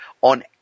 on